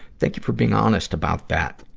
thank you for being honest about that,